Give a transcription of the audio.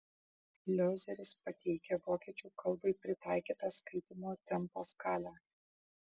liozeris pateikia vokiečių kalbai pritaikytą skaitymo tempo skalę